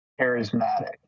charismatic